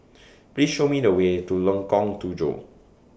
Please Show Me The Way to Lengkong Tujuh